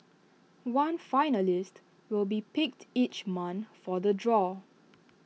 one finalist will be picked each month for the draw